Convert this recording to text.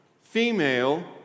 female